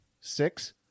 six